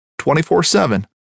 24-7